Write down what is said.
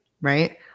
right